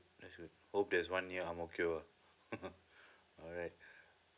that's good oh there's one near ang mo kio uh alright